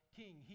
king